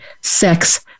sex